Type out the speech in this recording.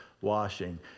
washing